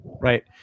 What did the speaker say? Right